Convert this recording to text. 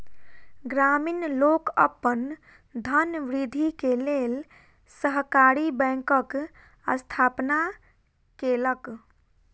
ग्रामीण लोक अपन धनवृद्धि के लेल सहकारी बैंकक स्थापना केलक